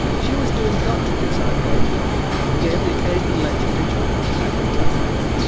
she was doing a doctorate in psychology and gave the occasional lecture to john and his classmates.